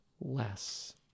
less